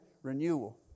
renewal